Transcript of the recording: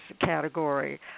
category